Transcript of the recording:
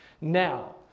now